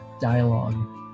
dialogue